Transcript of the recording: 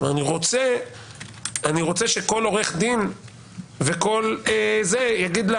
אני רוצה שכל עורך דין יגיד לה